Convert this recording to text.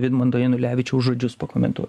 vidmanto janulevičiaus žodžius pakomentuo